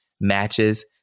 matches